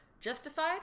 Justified